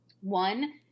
One